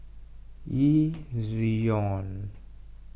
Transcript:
Ezion